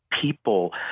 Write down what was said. people